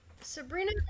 Sabrina